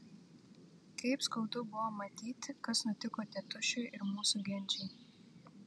kaip skaudu buvo matyti kas nutiko tėtušiui ir mūsų genčiai